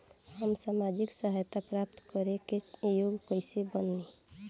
हम सामाजिक सहायता प्राप्त करे के योग्य कइसे बनब?